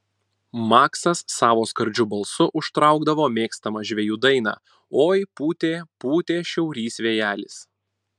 maksas savo skardžiu balsu užtraukdavo mėgstamą žvejų dainą oi pūtė pūtė šiaurys vėjelis